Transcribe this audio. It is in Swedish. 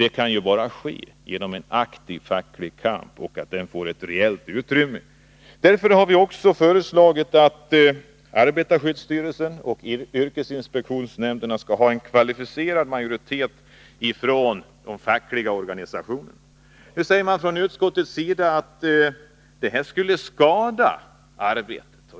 Det kan bara ske genom en aktiv facklig kamp som får ett rejält utrymme. Därför har vi föreslagit att arbetarskyddsstyrelsen och yrkesinspektionsnämnderna skall ha kvalificerad majoritet från de fackliga organisationerna. Nu säger man från utskottets sida att det skulle skada arbetet.